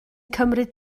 cymryd